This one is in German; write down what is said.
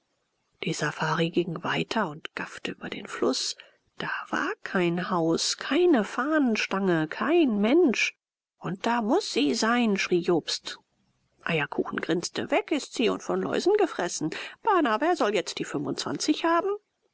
die safari ging weiter und gaffte über den fluß da war kein haus keine fahnenstange kein mensch und da muß sie sein schrie jobst eierkuchen grinste weg ist sie und von läusen gefressen bana wer soll jetzt die fünfundzwanzig haben